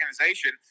organization